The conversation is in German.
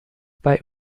bei